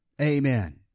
Amen